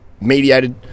mediated